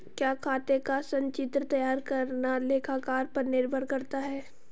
क्या खाते का संचित्र तैयार करना लेखाकार पर निर्भर करता है?